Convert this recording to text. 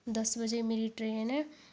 दस बजे मेरी ट्रेन ऐ